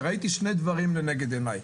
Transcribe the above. ראיתי שני דברים לנגד עיניי: